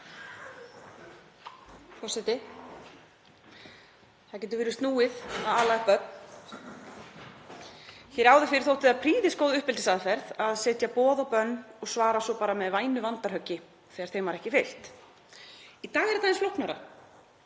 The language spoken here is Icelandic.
Það getur verið snúið að ala upp börn. Hér áður fyrr þótti það prýðisgóð uppeldisaðferð að setja boð og bönn og svara svo bara með vænu vandarhöggi þegar þeim var ekki fylgt. Í dag er þetta aðeins flóknara.